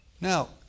Now